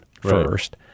first